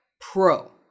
pro